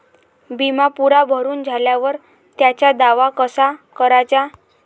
बिमा पुरा भरून झाल्यावर त्याचा दावा कसा कराचा?